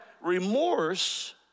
remorse